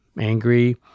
angry